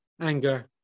anger